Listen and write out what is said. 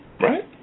right